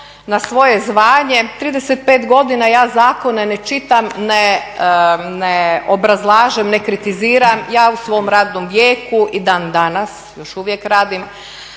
na svoje zvanje, 35 godina ja zakone ne čitam, ne obrazlažem, ne kritiziram. Ja u svom radnom vijeku i dan danas, još uvijek radim,